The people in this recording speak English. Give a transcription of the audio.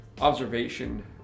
observation